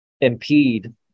impede